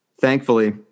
Thankfully